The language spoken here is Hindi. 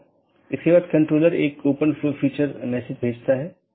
चौथा वैकल्पिक गैर संक्रमणीय विशेषता है